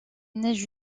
neige